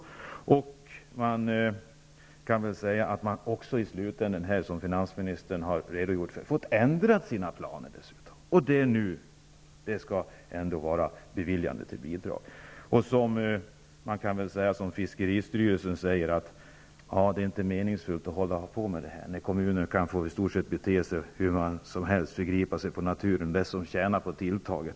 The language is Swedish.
Kommunen har dessutom i slutändan fått ändra sina planer, som finansministern har redogjort för. Och nu skall det ändå leda till att regeringen beviljar bidrag. Man kan säga som representanter för fiskeristyrelsen har sagt: Det är inte meningsfullt att hålla på med detta, när kommuner kan få bete sig i stort sett hur som helst och förgripa sig på naturen. Kommunen är den som tjänar på tilltaget.